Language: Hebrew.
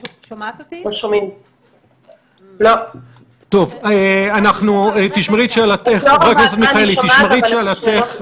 לא שונה משנת 2007. חברת הכנסת רצתה לשאול מה משמעות